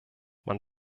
man